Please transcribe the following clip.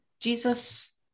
Jesus